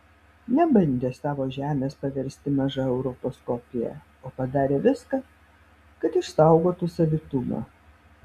nebandė savo žemės paversti maža europos kopija o padarė viską kad išsaugotų savitumą